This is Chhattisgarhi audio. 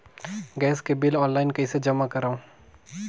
गैस के बिल ऑनलाइन कइसे जमा करव?